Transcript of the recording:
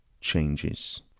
changes